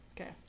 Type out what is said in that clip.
Okay